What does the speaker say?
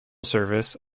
service